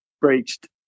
breached